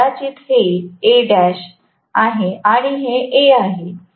तर कदाचित हे Al आहे आणि हे A आहे